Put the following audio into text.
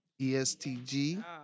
ESTG